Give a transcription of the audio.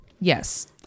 Yes